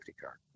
car